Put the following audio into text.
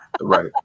Right